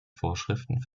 vorschriften